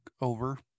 over